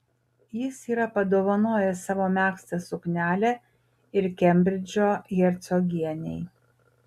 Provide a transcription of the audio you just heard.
jis yra padovanojęs savo megztą suknelę ir kembridžo hercogienei